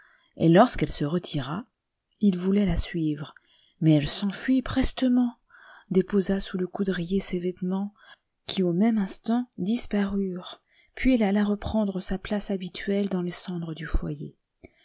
et lorsqu'elle se retira il voulait la suivre mais elle s'enfuit prestement déposa sous le coudrier ses vêtements qui au même instant disparurent puis elle alla reprendre sa place habituelle dans les cendres du fo